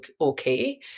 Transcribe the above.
okay